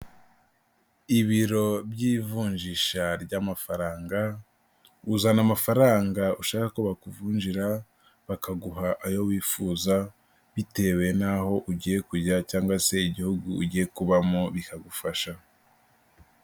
Ibiro by'ivunjisha ry'amafaranga uzana amafaranga ushaka ko bakuvunjira bakaguha ayo wifuza bitewe n'aho ugiye kujya cyangwa se igihugu ugiye kubamo bikagufasha.